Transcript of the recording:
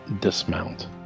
dismount